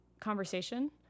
conversation